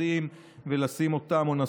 אני לא